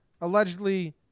allegedly